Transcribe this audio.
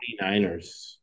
49ers